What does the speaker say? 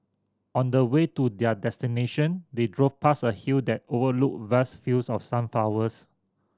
on the way to their destination they drove past a hill that overlooked vast fields of sunflowers